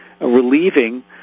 relieving